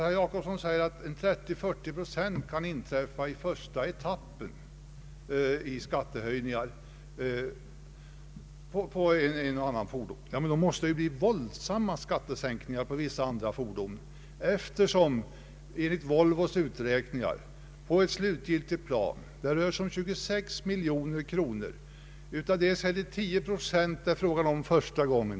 Herr Jacobsson säger att skattehöjningar på 30 å 40 procent kan inträffa i första etappen för ett och annat fordon. I så fall måste det bli våldsamma skattesänkningar på vissa andra fordon, eftersom det enligt Volvos uträkning slutgiltigt rör sig om 26 miljoner kronor. Utav detta är det fråga om 10 procent första gången.